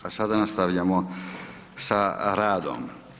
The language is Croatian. Pa sada nastavljamo sa radom.